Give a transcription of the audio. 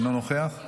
אינו נוכח,